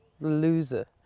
loser